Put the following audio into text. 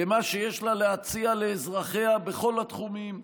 במה שיש לה להציע לאזרחיה בכל התחומים: